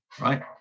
right